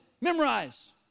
memorize